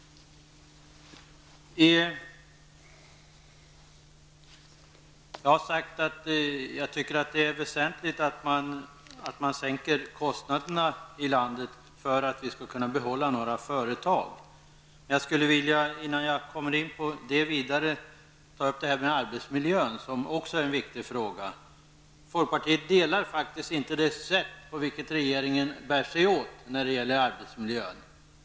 Jag har sagt att jag tycker att det är väsentligt att man sänker kostnaderna i landet för att vi skall kunna behålla några företag. Men innan jag kommer in på det skulle jag vilja ta upp arbetsmiljön, som också är en viktig fråga. Folkpartiet delar faktiskt inte regeringens uppfattning om hur man skall bära sig åt när det gäller arbetsmiljön.